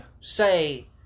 say